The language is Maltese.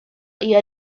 hija